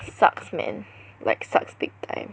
sucks man like sucks big time